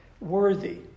Worthy